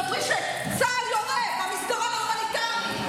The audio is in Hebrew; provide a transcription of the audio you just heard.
תספרי שצה"ל יורה במסדרון ההומניטרי.